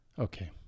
Okay